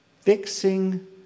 fixing